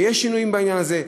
שיש שינויים בעניין הזה,